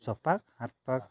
ছয় পাক সাত পাক